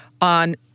on